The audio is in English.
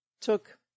took